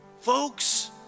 folks